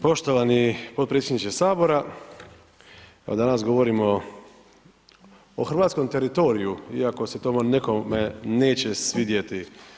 Poštovani potpredsjedniče HS, evo danas govorimo o hrvatskom teritoriju iako se to nikome neće svidjeti.